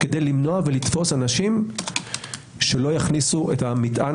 כדי למנוע ולתפוס אנשים שלא יכניסו את המטען